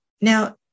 Now